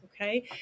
okay